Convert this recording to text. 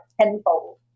tenfold